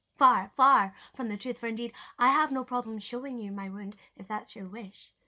far, far from the truth. for indeed, i have no problem showing you my wound if that's your wish.